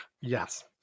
Yes